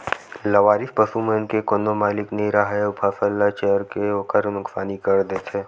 लवारिस पसू मन के कोनो मालिक नइ राहय अउ फसल ल चर के ओखर नुकसानी कर देथे